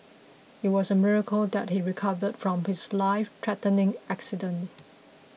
it was a miracle that he recovered from his lifethreatening accident